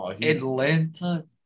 Atlanta